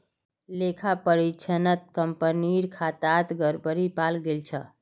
लेखा परीक्षणत कंपनीर खातात गड़बड़ी पाल गेल छ